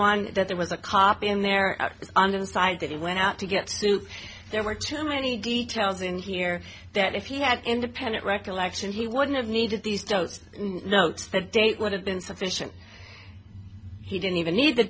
one that there was a copy in there and inside that it went out to get to there were too many details in here that if he had independent recollection he wouldn't have needed these tows notes the date would have been sufficient he didn't even need the